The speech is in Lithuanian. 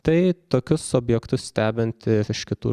tai tokius objektus stebinti iš kitų